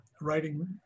writing